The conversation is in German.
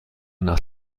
nach